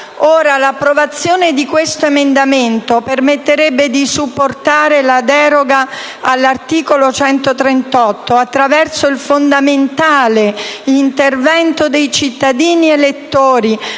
tale. L'approvazione di questo emendamento permetterebbe di supportare la deroga all'articolo 138 attraverso il fondamentale intervento dei cittadini elettori,